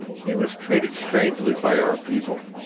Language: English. he was treated strangely by our people,